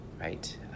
right